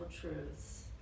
Truths